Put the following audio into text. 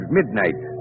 midnight